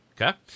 Okay